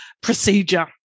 procedure